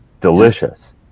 delicious